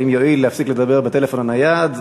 שאם יואיל להפסיק לדבר בטלפון הנייד,